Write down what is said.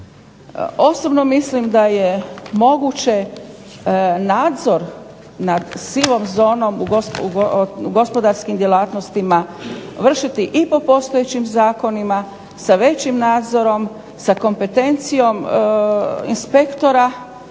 osobno mislim da je moguće nadzor nad sivom zonom u gospodarskim djelatnostima vršiti i po postojećim zakonima sa većim nadzorom, sa kompetencijom inspektora